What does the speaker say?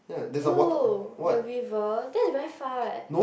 !eww! the river that's very far eh